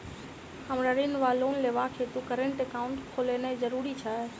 हमरा ऋण वा लोन लेबाक हेतु करेन्ट एकाउंट खोलेनैय जरूरी छै?